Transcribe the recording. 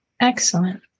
Excellent